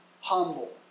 humble